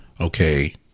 okay